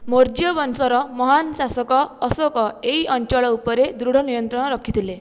ମୌର୍ଯ୍ୟ ବଂଶର ମହାନ ଶାସକ ଅଶୋକ ଏହି ଅଞ୍ଚଳ ଉପରେ ଦୃଢ଼ ନିୟନ୍ତ୍ରଣ ରଖିଥିଲେ